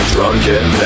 Drunken